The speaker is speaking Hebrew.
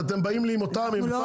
אז אתם באים לי עם אותן שטויות?